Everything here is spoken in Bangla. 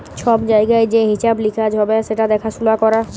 ছব জায়গায় যে হিঁসাব লিকাস হ্যবে সেট দ্যাখাসুলা ক্যরা